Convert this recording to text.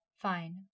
Fine